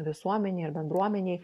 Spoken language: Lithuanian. visuomenėj ir bendruomenėj